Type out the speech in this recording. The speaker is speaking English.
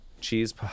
cheese